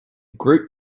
group